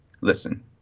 listen